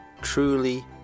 truly